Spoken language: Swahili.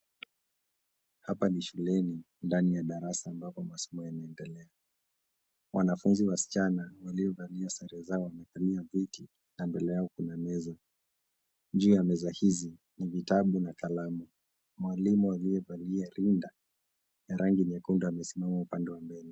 Hapa ni shuleni ndani ya darasa ambapo masomo yanaendelea. Wanafunzi wasichana waliovalia sare zao wamekalia viti na mbele yao kuna meza. Juu ya meza hizi, ni vitabu na kalamu. Mwalimu aliyevalia rinda ya rangi nyekundu, amesimama upande wa mbele.